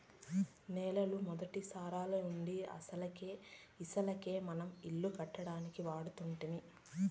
నేలల మొదటి సారాలవుండీ ఇసకే మనం ఇల్లు కట్టడానికి వాడుతుంటిమి